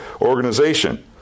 organization